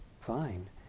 fine